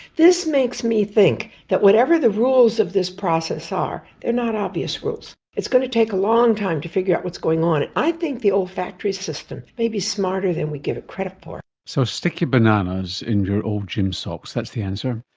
this makes me think that whatever the rules of this process are, they're not obvious rules. it's going to take a long time to figure out what's going on. i think the olfactory system may be smarter than we give it credit for. so stick your bananas in your old gym socks, that's the answer.